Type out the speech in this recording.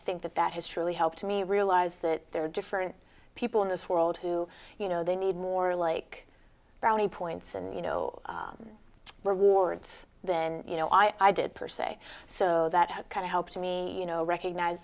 think that that has truly helped me realize that there are different people in this world who you know they need more like brownie points and you know rewards then you know i did per se so that kind of helped me you know recognize